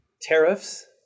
tariffs